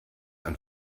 ein